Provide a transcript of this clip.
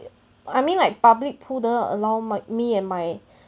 I mean like public pool don't allow my me and my